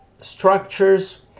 Structures